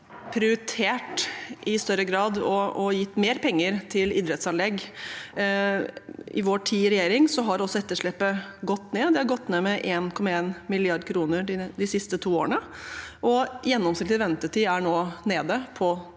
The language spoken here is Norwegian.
vi har prioritert i større grad og gitt mer penger til idrettsanlegg i vår tid i regjering, har også etterslepet gått ned. Det har gått ned med 1,1 mrd. kr de siste to årene. Gjennomsnittlig ventetid er nå nede i